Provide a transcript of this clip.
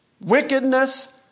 wickedness